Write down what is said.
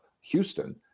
Houston